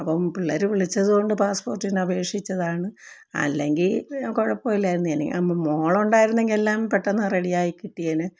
അപ്പോള് പിള്ളേര് വിളിച്ചതുകൊണ്ട് പാസ്സ്പോർട്ടിന് അപേക്ഷിച്ചതാണ് അല്ലെങ്കില് കുഴപ്പമില്ലായിരുന്നു മോള് ഉണ്ടായിരുന്നെങ്കില് എല്ലാം പെട്ടെന്ന് റെഡിയായി കിട്ടിയേനെ